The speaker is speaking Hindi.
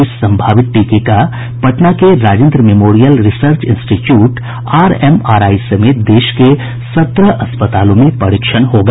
इस संभावित टीके का पटना के राजेन्द्र मेमोरियल रिसर्च इंस्टीच्यूटआरएमआरआई समेत देश के सत्रह अस्पतालों में परीक्षण होगा